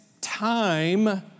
time